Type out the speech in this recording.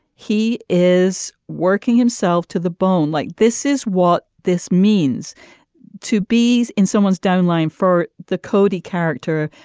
he is working himself to the bone like this is what this means to be in someone's downline for the cody character.